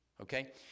okay